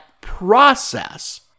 process